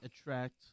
attract